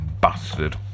bastard